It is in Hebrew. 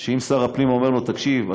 שאם שר הפנים אומר לו: תקשיב,